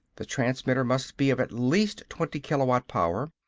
the transmitter must be of at least twenty-kilowatt power.